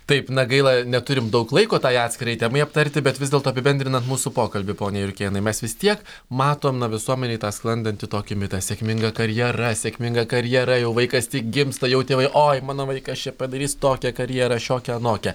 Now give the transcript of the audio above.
taip na gaila neturim daug laiko tai atskirai temai aptarti bet vis dėlto apibendrinant mūsų pokalbį pone jurkėnai mes vis tiek matom na visuomenėj tą sklandantį tokį mitą sėkminga karjera sėkminga karjera jau vaikas tik gimsta jau tėvai oj mano vaikas čia padarys tokią karjerą šiokią anokią